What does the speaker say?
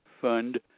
fund